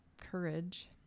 courage